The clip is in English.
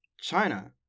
China